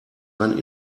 ein